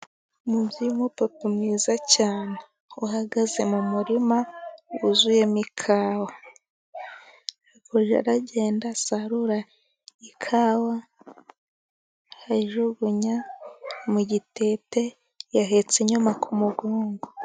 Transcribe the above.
Umubyeyi w'umupapa mwiza cyane uhagaze mu murima wuzuyemo ikawa, ari kujya agenda asarura ikawa ayijugunya mu gitete yahetse in inyuma ku mugongo.